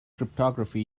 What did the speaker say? cryptography